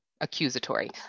accusatory